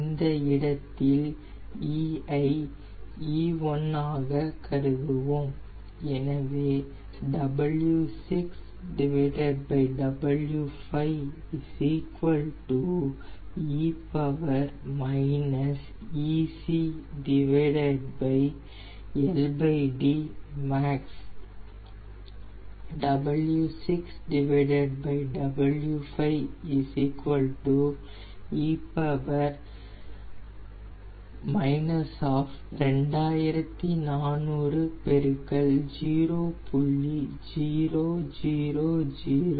இந்த இடத்தில் E ஐ E1 ஆக கருதுவோம்